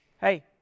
hey